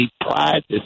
prides